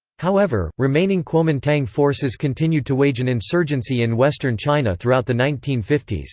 however, remaining kuomintang forces continued to wage an insurgency in western china throughout the nineteen fifty s.